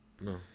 No